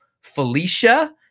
Felicia